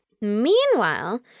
Meanwhile